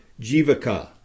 jivaka